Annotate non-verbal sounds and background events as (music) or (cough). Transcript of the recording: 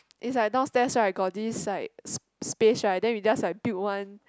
is like downstairs right got this like (noise) space right then we just like build one